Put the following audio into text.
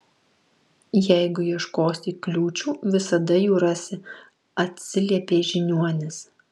jeigu ieškosi kliūčių visada jų rasi atsiliepė žiniuonis